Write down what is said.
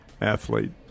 athlete